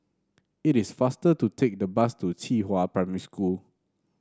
it is faster to take the bus to Qihua Primary School